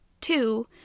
Two